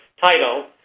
title